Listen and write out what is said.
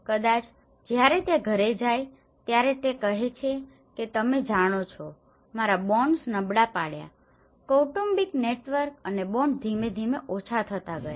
કદાચ જ્યારે તે ઘરે જાય ત્યારે તે કહે છે કે તમે જાણો છો મારા બોન્ડ્સ નબળા પાડ્યા કૌટુંબિક નેટવર્ક અને બોન્ડ ધીમે ધીમે ઓછા થતા ગયા